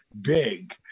big